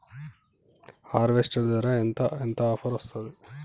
Harvester ధర ఎంత ఎంత ఆఫర్ వస్తుంది?